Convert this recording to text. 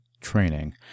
training